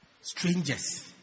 Strangers